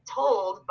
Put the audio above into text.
told